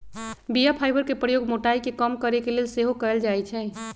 बीया फाइबर के प्रयोग मोटाइ के कम करे के लेल सेहो कएल जाइ छइ